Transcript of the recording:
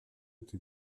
die